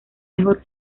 mejor